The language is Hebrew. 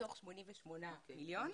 מתוך ה-88 מיליון.